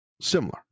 Similar